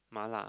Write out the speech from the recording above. Mala